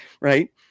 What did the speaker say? right